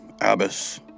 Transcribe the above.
Abbas